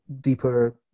deeper